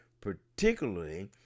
particularly